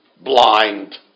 blind